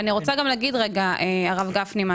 הרב גפני,